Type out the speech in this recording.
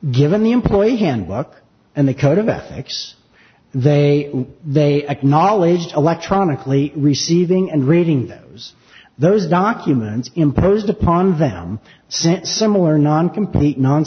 given the employee handbook and the code of ethics they they acknowledged electronically receiving and reading those those documents imposed upon them sent similar non complete non